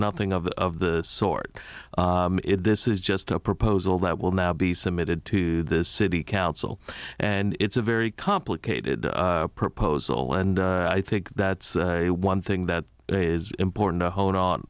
nothing of that of the sort this is just a proposal that will now be submitted to the city council and it's a very complicated proposal and i think that's one thing that is important to hone on